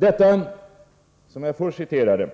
Det som jag först citerade